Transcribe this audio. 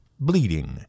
bleeding